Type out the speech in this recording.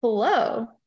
Hello